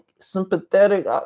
sympathetic